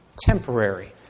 temporary